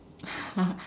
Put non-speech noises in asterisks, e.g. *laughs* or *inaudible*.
*laughs*